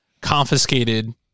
confiscated